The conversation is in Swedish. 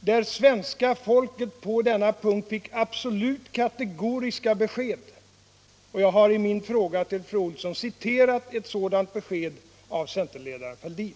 där svenska folket på denna punkt fick absolut kategoriska besked — jag har i min fråga till fru Olsson citerat ett sådant besked från centerledaren Fälldin.